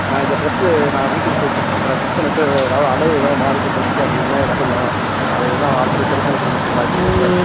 நான் இந்த ட்ரெஸ்ஸு நான் வீட்டுக்குப் போய் செக் பண்றேன் செக் பண்ணிவிட்டு ஏதாவது அளவு ஏதாவது மாறுபட்டு இருந்துச்சு அப்படி இப்படின்னா ஏதோ கொஞ்சம் அது எதுவும் ஆல்ட்டரு சரி பண்ணிக் கொடுக்கறதுக்கு வாய்ப்பு இருக்கா சார்